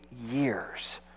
years